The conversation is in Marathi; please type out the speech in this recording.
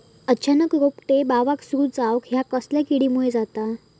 अचानक रोपटे बावाक सुरू जवाप हया कसल्या किडीमुळे जाता?